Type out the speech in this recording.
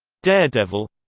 daredevil